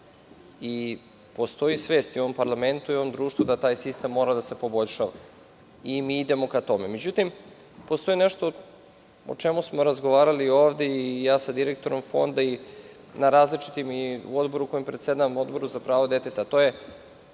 Postoji svest i u ovom parlamentu i u ovom društvu, da taj sistem mora da se poboljšava, i mi idemo ka tome.Međutim, postoji nešto o čemu smo razgovarali ovde i ja sa direktorom Fonda, i na odboru kojim predsedavam, Odboru za prava deteta, a to je